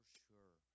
sure